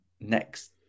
next